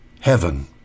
heaven